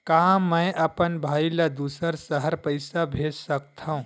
का मैं अपन भाई ल दुसर शहर पईसा भेज सकथव?